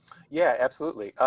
yeah, absolutely.